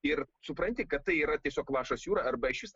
ir supranti kad tai yra tiesiog lašas jūroj arba iš vis